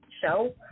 show